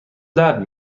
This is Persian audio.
درد